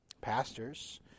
Pastors